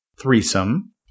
threesome